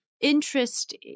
interest